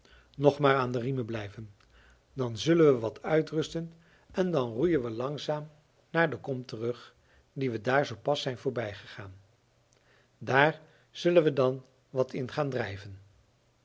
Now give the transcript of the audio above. nog maar aan de riemen blijven dan zullen we wat uitrusten en dan roeien we langzaam naar de kom terug die we daar zoo pas zijn voorbijgegaan daar zullen we dan wat in gaan drijven